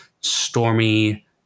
stormy